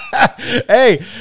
Hey